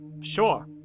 sure